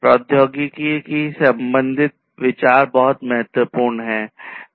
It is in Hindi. प्रौद्योगिकी से संबंधित विचार बहुत महत्वपूर्ण हैं